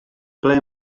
ble